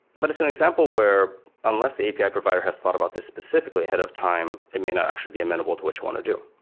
but as an example where unless the api provider has thought about this specifically ahead of time, it may not actually be amenable to what you want to do.